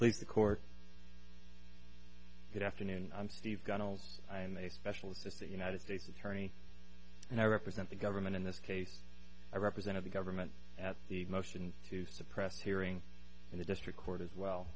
place the court good afternoon i'm steve gunnels i am a specialist at the united states is horny and i represent the government in this case i represented the government at the motions to suppress hearing in the district court as well